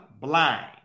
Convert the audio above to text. blind